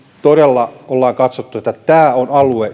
todella ollaan katsottu että tämä on alue